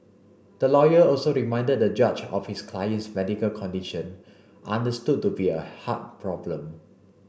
the lawyer also reminded the judge of his client's medical condition understood to be a heart problem